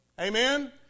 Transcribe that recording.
Amen